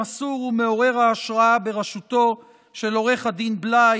המסור ומעורר ההשראה בראשותו של עו"ד בליי,